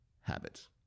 habits